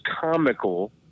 comical